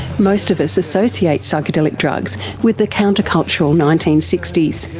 most of us associate psychedelic drugs with the countercultural nineteen sixty s.